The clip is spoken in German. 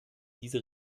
diese